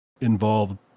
involved